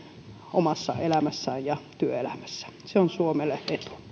omassa elämässään ja työelämässä se on suomelle